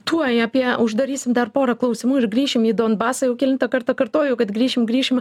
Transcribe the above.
tuoj apie uždarysim dar porą klausimų ir grįšim į donbasą jau kelintą kartą kartoju kad grįšim grįšime